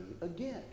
again